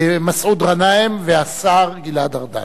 מסעוד גנאים והשר גלעד ארדן,